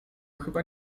chyba